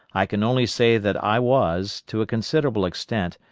i can only say that i was, to a considerable extent,